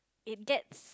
it gets